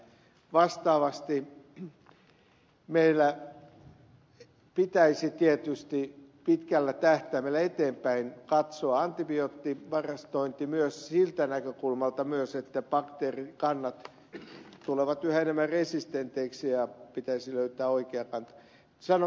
vastaavasti meillä pitäisi tietysti pitkällä tähtäimellä eteenpäin katsoa antibioottivarastointia myös siltä näkökulmalta että bakteerikannat tulevat yhä enemmän resistenteiksi ja pitäisi löytää oikea kanta